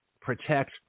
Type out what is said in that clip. protect –